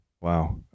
Wow